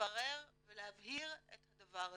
לברר ולהבהיר את הדבר הזה.